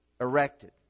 erected